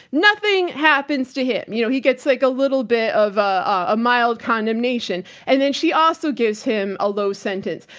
nothing happens to him. you know, he gets like a little bit of a mild condemnation and then she also gives him a low sentence.